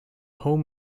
home